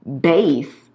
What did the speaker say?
base